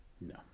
no